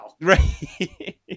Right